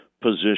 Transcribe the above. position